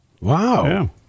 Wow